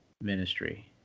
ministry